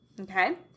Okay